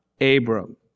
Abram